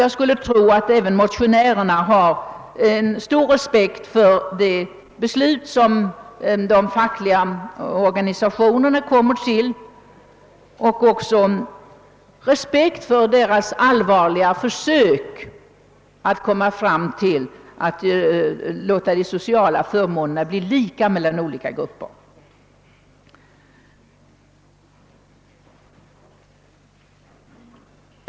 Jag skulle tro att även motionärerna har stor respekt både för de beslut som de fackliga organisationerna fattar och för deras allvarliga försök att åstadkomma lika sociala förmåner för olika grupper.